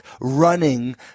running